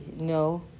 no